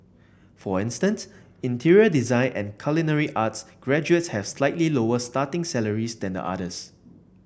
for instance interior design and culinary arts graduates have slightly lower starting salaries than the others